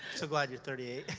so glad you're thirty eight.